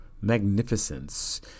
magnificence